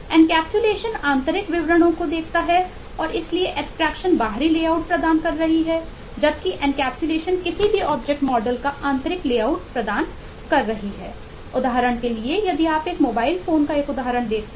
encapsulation को कैसे लागू किया जाता है